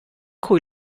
cui